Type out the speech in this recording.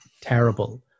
terrible